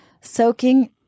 soaking